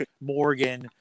Morgan